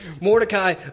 Mordecai